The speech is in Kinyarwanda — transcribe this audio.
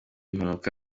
mpanuka